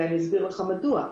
ואני אסביר מדוע.